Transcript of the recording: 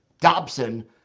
Dobson